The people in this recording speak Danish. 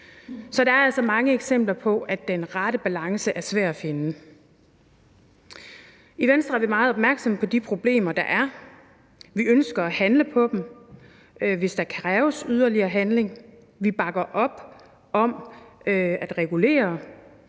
er altså mange eksempler på, at den rette balance er svær at finde. I Venstre er vi meget opmærksomme på de problemer, der er. Vi ønsker at handle på dem, hvis der kræves yderligere handling. Vi bakker op om at regulere.